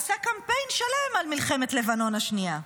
עשה קמפיין שלם על מלחמת לבנון השנייה.